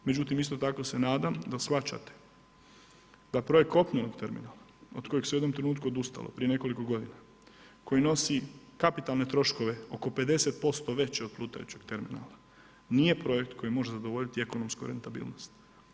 Međutim, isto tako se nadam da shvaćate da projekt kopnenog terminala od kojeg se u jednom trenutku odustalo prije nekoliko godina, koji nosi kapitalne troškove oko 50% veće od plutajućeg terminala, nije projekt koji može zadovoljiti ekonomsku rentabilnost.